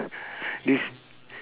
this